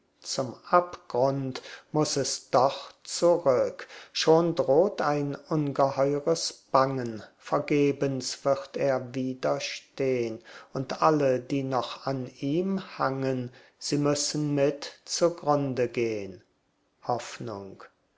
zum abgrund muß es doch zurück schon droht ein ungeheures bangen vergebens wird er widerstehn und alle die noch an ihm hangen sie müssen mit zugrunde gehn hoffnung